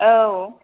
औ